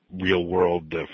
real-world